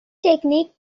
technique